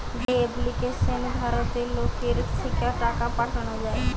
যে এপ্লিকেশনে ভারতের লোকের থিকে টাকা পাঠানা যায়